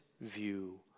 view